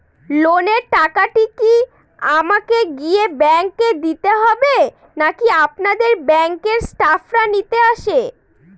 লোনের টাকাটি কি আমাকে গিয়ে ব্যাংক এ দিতে হবে নাকি আপনাদের ব্যাংক এর স্টাফরা নিতে আসে?